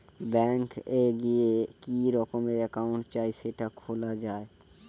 bank এ গিয়ে কি রকমের একাউন্ট চাই সেটা খোলা যায়